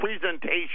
presentation